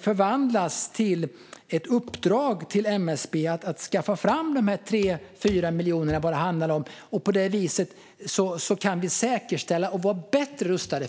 förvandlas till ett uppdrag till MSB att skaffa fram de 3 eller 4 miljonerna, eller vad det nu handlar om. På det viset kan vi säkerställa att vi är bättre rustade.